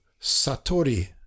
Satori